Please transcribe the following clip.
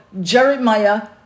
Jeremiah